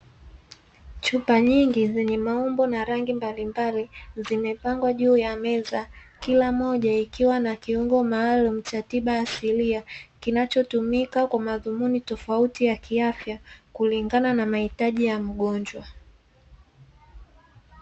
Chupa nyingi zenye maumbo na rangi mbalimbali, zimepangwa juu ya meza kila moja ikiwa na kiungo maalumu cha tiba asilia, kinachotumika kwa madhumuni tofauti ya kiafya kulingana na mahitaji ya mgonjwa.